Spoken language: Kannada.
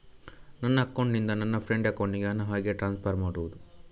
ನನ್ನ ಅಕೌಂಟಿನಿಂದ ನನ್ನ ಫ್ರೆಂಡ್ ಅಕೌಂಟಿಗೆ ಹಣ ಹೇಗೆ ಟ್ರಾನ್ಸ್ಫರ್ ಮಾಡುವುದು?